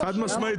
חד-משמעית.